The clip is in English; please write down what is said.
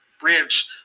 bridge